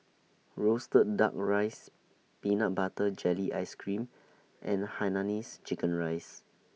Roasted Duck Rice Peanut Butter Jelly Ice Cream and Hainanese Chicken Rice